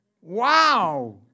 wow